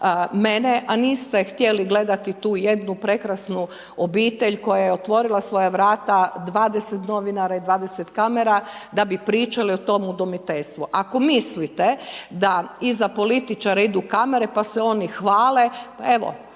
mene a niste htjeli gledati tu jednu prekrasnu obitelj koja je otvorila svoja vrata 20 novinara i 20 kamera da bi pričali o tom udomiteljstvu. Ako mislite da iza političara idu kamere pa se oni hvale, pa evo